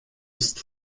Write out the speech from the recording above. ist